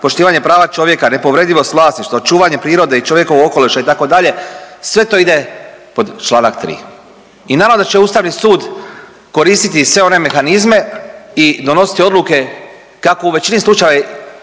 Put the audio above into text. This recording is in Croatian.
poštivanje prava čovjeka, nepovredivost vlasništva, očuvanje prirode i čovjekova okoliša“ itd. sve to ide pod čl. 3. I naravno da će Ustavni sud koristiti sve one mehanizme i donositi odluke kako u većini slučaja